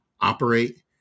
operate